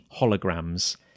holograms